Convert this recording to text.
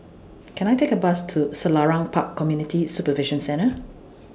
Can I Take A Bus to Selarang Park Community Supervision Centre